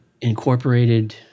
incorporated